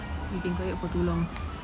we can quiet for too long